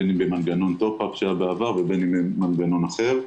בין אם במנגנון top-up שהיה בעבר ובין אם במנגנון אחר.